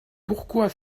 pourquoi